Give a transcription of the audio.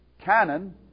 canon